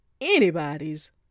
anybody's